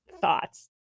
thoughts